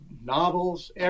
novels